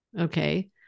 Okay